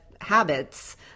habits